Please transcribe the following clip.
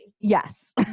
yes